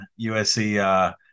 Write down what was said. USC